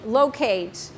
locate